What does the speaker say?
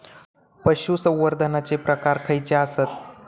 पशुसंवर्धनाचे प्रकार खयचे आसत?